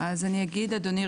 אז אני אגיד אדוני,